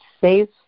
safe